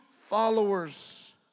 followers